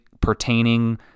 pertaining